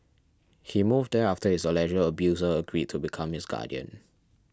he moved there after his alleged abuser agreed to become his guardian